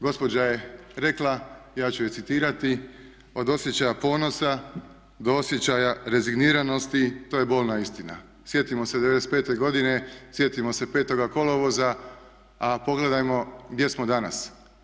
Gospođa je rekla, ja ću je citirati: "Od osjećaja ponosa do osjećaja rezigniranosti to je bolna istina." Sjetimo se '95. godine, sjetimo se 5. kolovoza, a pogledajmo gdje smo danas.